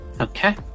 Okay